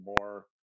more